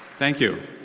thank you.